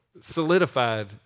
solidified